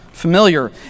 Familiar